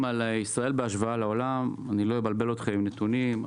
ישראל בהשוואה לעולם אני לא אבלבל אתכם עם נתונים,